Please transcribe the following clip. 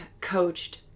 coached